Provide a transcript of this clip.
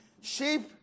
Sheep